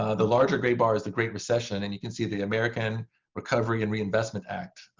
ah the larger gray bar is the great recession. and you can see the american recovery and reinvestment act,